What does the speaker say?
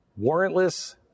Warrantless